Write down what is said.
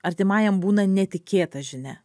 artimajam būna netikėta žinia